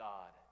God